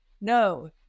no